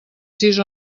sis